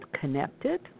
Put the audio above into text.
Connected